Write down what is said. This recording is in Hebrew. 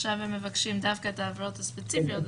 עכשיו הם מבקשים דווקא את העבירות הספציפיות.